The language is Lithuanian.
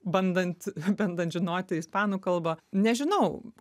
bandant bandant žinoti ispanų kalbą nežinau